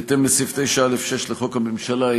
בהתאם לסעיף 9(א)(6) לחוק הממשלה,